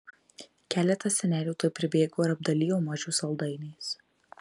keletas senelių tuoj pribėgo ir apdalijo mažių saldainiais